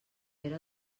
pere